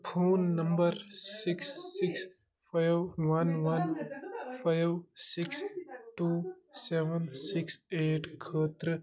phone number six six five one one five six two seven six eight خٲطرٕ